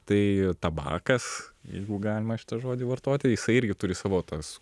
tai tabakas jeigu galima šitą žodį vartot tai jisai irgi turi savo tas